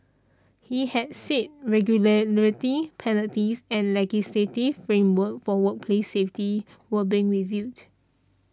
he had said regularity penalties and legislative framework for workplace safety were being reviewed